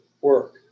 work